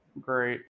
Great